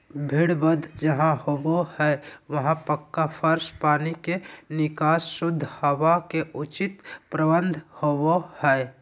भेड़ वध जहां होबो हई वहां पक्का फर्श, पानी के निकास, शुद्ध हवा के उचित प्रबंध होवअ हई